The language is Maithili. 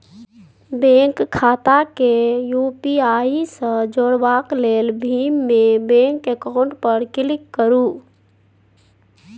बैंक खाता केँ यु.पी.आइ सँ जोरबाक लेल भीम मे बैंक अकाउंट पर क्लिक करु